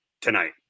tonight